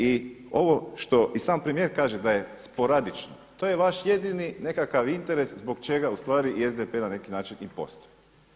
I ovo što i sam premijer kaže da je sporadično, to je vaš jedini nekakav interes zbog čega ustvari i SDP na neki način i postoji.